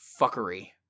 fuckery